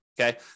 okay